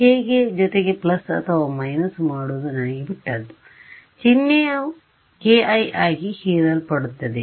ಹೇಗೆ ಜೊತೆಗೆ ಪ್ಲಸ್ ಅಥವಾ ಮೈನಸ್ ಮಾಡುವುದು ನನಗೆ ಬಿಟ್ಟದ್ದು ಚಿಹ್ನೆಯು ki ಆಗಿ ಹೀರಲ್ಪಡುತ್ತದೆ